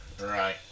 Right